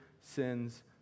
sin's